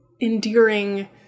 endearing